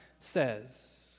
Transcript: says